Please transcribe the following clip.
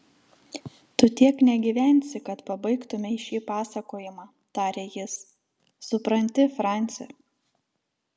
tu tiek negyvensi kad pabaigtumei šį pasakojimą tarė jis supranti franci